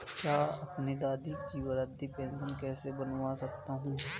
मैं अपनी दादी की वृद्ध पेंशन कैसे बनवा सकता हूँ?